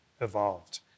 evolved